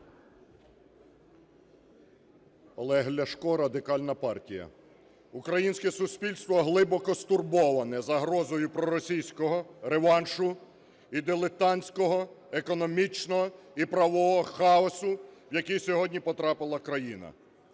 Олег Ляшко, Радикальна партія. Українське суспільство глибоко стурбоване загрозою проросійського реваншу і дилетантського економічного і правового хаосу, в який сьогодні потрапила країна.